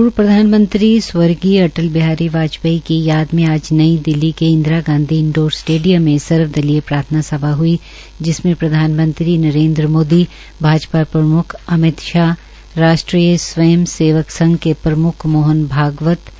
पूर्व प्रधानमंत्री स्वर्गीय अटल बिहारी वाजपेयी की याद में आज नई दिल्ली के इंदिरा गांधी इंडोर स्टेडियम में सर्वदलीय प्रार्थना सभा हुई जिसमें प्रधान मंत्री नरेन्द्र मोदी भाजपा प्रम्ख अमित शाह राष्ट्रीयस स्वंय सेवक संघ के प्रम्ख मोहन भगवत